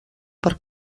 per